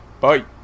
Bye